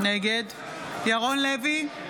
נגד ירון לוי,